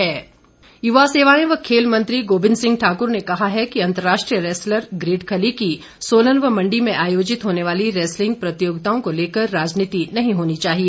the great Khali युवा सेवांए व खेल मंत्री गोविंद सिंह ठाकुर ने कहा है कि अंतर्राष्ट्रीय रैसलर ग्रेट खली की सोलन व मंडी में आयोजित होने वाली रैसलिंग प्रतियोगिताओं को लेकर राजनीति नही होनी चाहिए